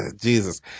Jesus